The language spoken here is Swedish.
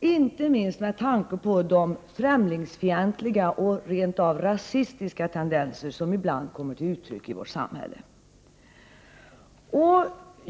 inte minst med tanke på de främlingsfientliga och rent av rasistiska tendenser som ibland kommer till uttryck i vårt samhälle.